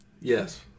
Yes